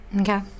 Okay